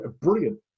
brilliant